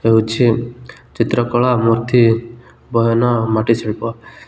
ହେଉଛି ଚିତ୍ରକଳା ମୂର୍ତ୍ତି ବୟନ ମାଟିଶିଳ୍ପ